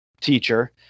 teacher